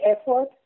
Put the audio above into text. effort